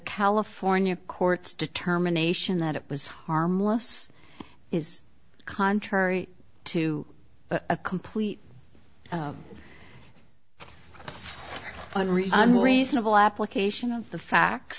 california courts determination that it was harmless is contrary to a complete one reason reasonable application of the facts